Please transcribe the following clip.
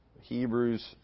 Hebrews